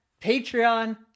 Patreon